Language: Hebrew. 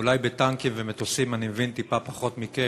אולי בטנקים ומטוסים אני מבין טיפה פחות מכם,